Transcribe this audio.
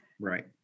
Right